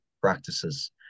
practices